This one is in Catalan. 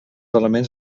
elements